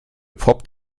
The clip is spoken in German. poppt